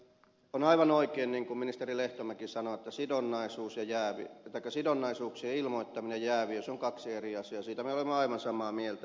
on aivan oikein niin kuin ministeri lehtomäki sanoi että sidonnaisuuksien ilmoittaminen ja jääviys ovat kaksi eri asiaa siitä me olemme aivan samaa mieltä